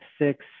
six